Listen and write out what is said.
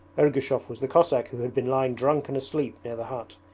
ergushov was the cossack who had been lying drunk and asleep near the hut.